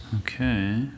Okay